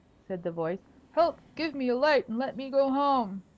said the voice. help! give me a light, and let me go home.